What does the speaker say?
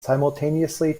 simultaneously